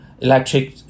electric